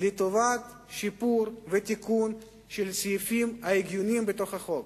לטובת שיפור ותיקון של סעיפים הגיוניים בתוך החוק,